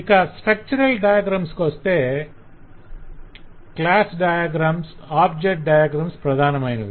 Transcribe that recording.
ఇక structural diagrams కొస్తే class diagrams object diagrams ప్రధానమైనవి